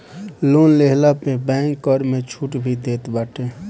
loan लेहला पे bank कर में छुट भी देत बाटे